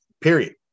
period